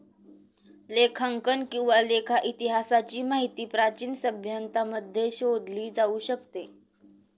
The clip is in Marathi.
लेखांकन किंवा लेखा इतिहासाची माहिती प्राचीन सभ्यतांमध्ये शोधली जाऊ शकते